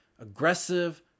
Aggressive